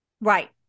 right